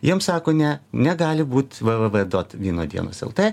jiem sako ne negali būt v v v dot vyno dienos lt